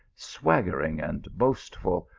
swaggering and boastful,